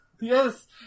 Yes